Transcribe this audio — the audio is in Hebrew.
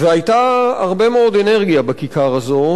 והיתה הרבה מאוד אנרגיה בכיכר הזו,